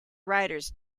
writers